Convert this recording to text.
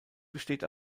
besteht